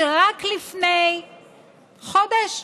רק לפני חודש,